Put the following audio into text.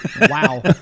Wow